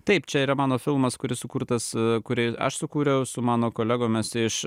taip čia yra mano filmas kuris sukurtas kurį aš sukūriau su mano kolegomis iš